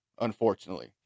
unfortunately